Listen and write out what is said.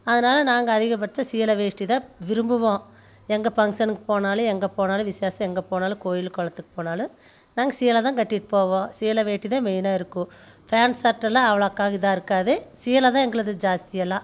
அதனால நாங்கள் அதிகப்பட்ச சேலை வேஷ்டி தான் விரும்புவோம் எங்கே பங்க்சனுக்கு போனாலும் எங்கே போனாலும் விசேஸ்த்து எங்கே போனாலும் கோவில்லு குளத்துக்கு போனாலும் நாங்கள் சேலை தான் கட்டிட்டு போவோம் சேலை வேட்டி தான் மெயினாக இருக்கும் ஃபேண்ட் சட்டைலாம் அவ்ளோக்கா இதாக இருக்காது சேலை தான் எங்களது ஜாஸ்தி எல்லாம்